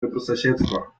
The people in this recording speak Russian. добрососедства